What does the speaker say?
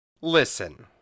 Listen